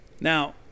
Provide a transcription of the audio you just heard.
now